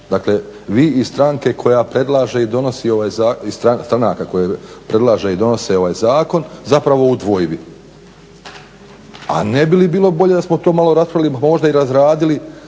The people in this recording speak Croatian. donosi ovaj, stranaka koje predlaže i donose ovaj zakon zapravo u dvojbi. A ne bi li bilo bolje da smo to malo raspravili, pa možda i razradili,